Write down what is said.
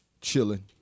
chilling